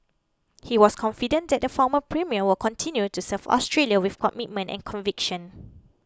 he was confident that the former premier will continue to serve Australia with commitment and conviction